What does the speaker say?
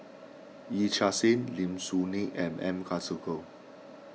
Yee Chia Hsing Lim Soo Ngee and M Karthigesu